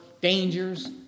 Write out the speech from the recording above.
dangers